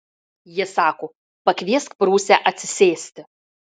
jie sako pakviesk prūsę atsisėsti